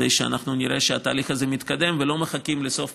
כדי שאנחנו נראה שהתהליך הזה מתקדם ולא מחכים לסוף